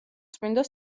წმინდა